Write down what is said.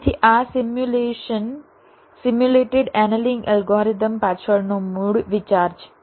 તેથી આ simulation simulated annealing algorithm પાછળનો મૂળ વિચાર છે